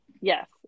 Yes